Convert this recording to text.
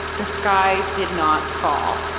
the sky did not fall.